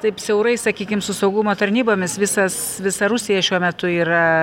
taip siaurai sakykim su saugumo tarnybomis visas visa rusija šiuo metu yra